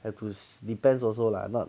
I choose depends also lah not